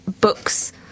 books